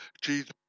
Jesus